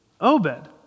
Obed